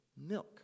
milk